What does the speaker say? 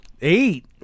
Eight